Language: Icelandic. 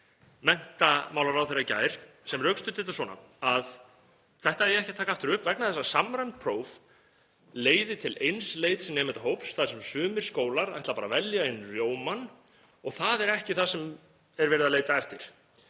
menntamálaráðherra í gær sem rökstuddi þetta svona, að þetta eigi ekki að taka aftur upp vegna þess að samræmd próf leiði til einsleits nemendahóps þar sem sumir skólar ætla bara að velja inn rjómann og það sé ekki það sem verið er að leita eftir.